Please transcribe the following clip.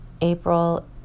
April